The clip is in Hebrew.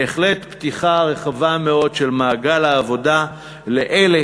בהחלט פתיחה רחבה מאוד של מעגל העבודה לאלה